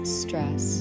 stress